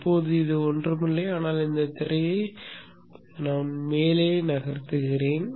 இப்போது இது ஒன்றுமில்லை ஆனால் இந்தத் திரையை மேலே நகர்த்துகிறேன்